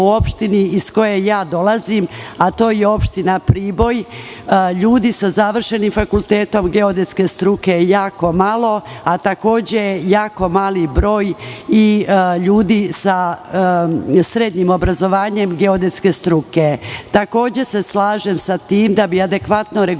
u opštini iz koje ja dolazim, a to je opština Priboj, ljudi sa završenim fakultetom geodetske struke je jako malo, a takođe je i jako mali broj ljudi sa srednjim obrazovanjem geodetske struke. Takođe se slažem sa tim da bi adekvatno regulisanje